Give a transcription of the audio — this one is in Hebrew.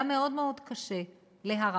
היה מאוד מאוד קשה להר"ש,